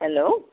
hello